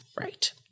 Right